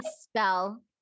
spell